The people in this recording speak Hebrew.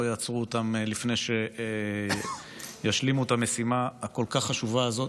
יעצרו אותם לפני שישלימו את המשימה הכל-כך חשובה הזאת